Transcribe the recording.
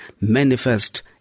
manifest